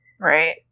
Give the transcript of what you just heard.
Right